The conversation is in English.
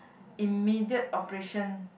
immediate operation